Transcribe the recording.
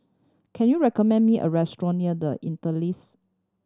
can you recommend me a restaurant near The Interlace